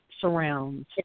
surrounds